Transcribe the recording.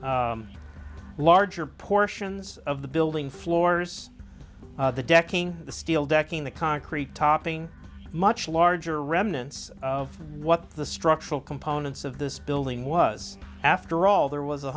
larger portions of the building floors the decking the steel decking the concrete topping much larger remnants of what the structural components of this building was after all there was